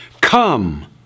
Come